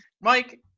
Mike